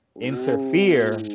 interfere